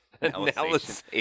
Analysis